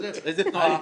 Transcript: איזו תנועה?